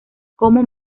como